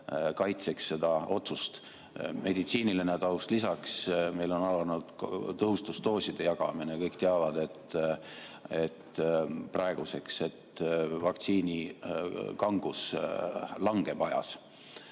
kaitseks seda otsust? Meditsiiniline taust lisaks. Meil on alanud tõhustusdooside jagamine. Kõik teavad praeguseks, et vaktsiini kangus langeb ajas.